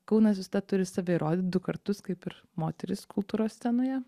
kaunas visada turi save rodyt du kartus kaip ir moterys kultūros scenoje